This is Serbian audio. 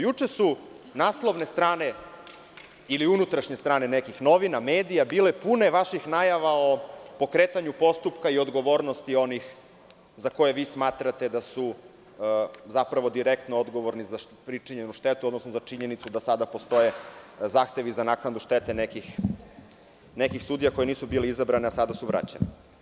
Juče su naslovne strane ili unutrašnje strane nekih medija, novina, bile pune vaših najava o pokretanjupostupka i odgovornosti onih za koje vi smatrate da su zapravo direktno odgovorni za pričinjenu štetu, odnosno za činjenicu da sada postoje zahtevi za naknadu štete nekih sudija koji nisu bili izabrani a sada su vraćeni.